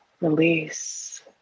release